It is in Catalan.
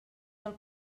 del